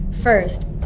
first